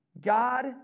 God